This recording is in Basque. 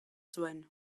zuen